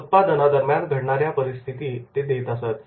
उत्पादनादरम्यान घडणाऱ्या परिस्थिती ते देत असत